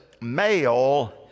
male